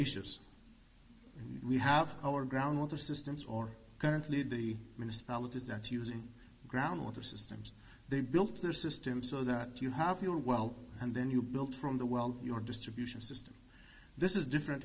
issues we have our ground water systems or currently the misspelt is that using ground water systems they built their system so that you have your well and then you built from the well your distribution system this is different